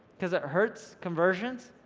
because it hurts conversions,